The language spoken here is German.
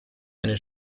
eine